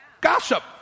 gossip